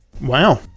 wow